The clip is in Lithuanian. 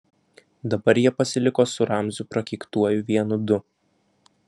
dabar jie pasiliko su ramziu prakeiktuoju vienu du